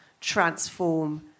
transform